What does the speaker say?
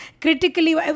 critically